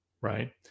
Right